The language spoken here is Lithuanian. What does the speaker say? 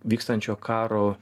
vykstančio karo